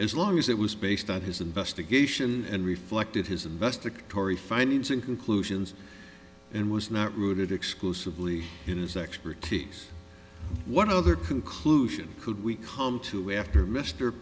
as long as it was based on his investigation and reflected his investigatory findings and conclusions and was not rooted exclusively in his expertise what other conclusion could we come to after mr